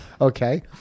Okay